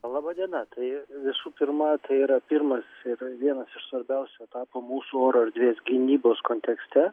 laba diena tai visų pirma tai yra pirmas ir vienas iš svarbiausių etapų mūsų oro erdvės gynybos kontekste